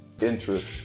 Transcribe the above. interest